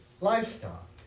livestock